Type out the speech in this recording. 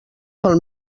pel